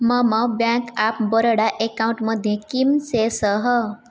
मम bank of Baroda account मध्ये किः शेषः